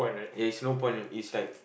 ya is no point and is like